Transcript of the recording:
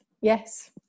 Yes